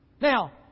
Now